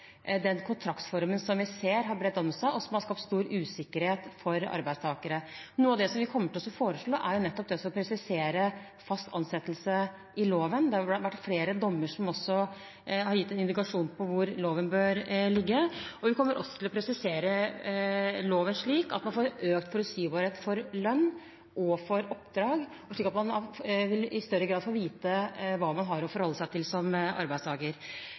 den kontraktsformen vi ser. Den har bredt om seg og skapt stor usikkerhet for arbeidstakere. Noe av det vi kommer til å foreslå, er å presisere «fast ansettelse» i loven. Det har vært flere dommer som har gitt en indikasjon på hvor loven bør ligge. Vi kommer til å presisere loven slik at man får økt forutsigbarhet for lønn og oppdrag, slik at man i større grad får vite hva man har å forholde seg til som